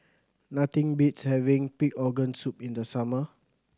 nothing beats having pig organ soup in the summer